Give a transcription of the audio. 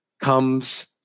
comes